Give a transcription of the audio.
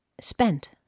spent